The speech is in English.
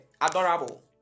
Adorable